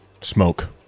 smoke